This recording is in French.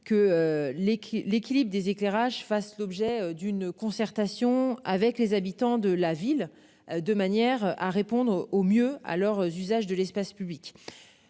qui l'équilibre des éclairages fasse l'objet d'une concertation avec les habitants de la ville de manière à répondre au mieux à leur usage de l'espace public.